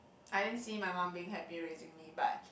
I didn't see my mum being happy raising me but